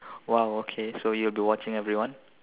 !wow! okay so you will be watching everyone